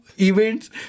events